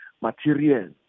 material